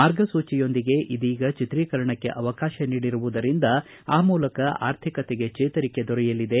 ಮಾರ್ಗಸೂಚಿಯೊಂದಿಗೆ ಇದೀಗ ಚಿತ್ರೀಕರಣಕ್ಕೆ ಅವಕಾಶ ನೀಡಿರುವುದರಿಂದ ಆ ಮೂಲಕ ಆರ್ಥಿಕತೆಗೆ ಚೇತರಿಕೆ ದೊರೆಯಲಿದೆ